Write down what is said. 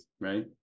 right